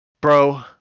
Bro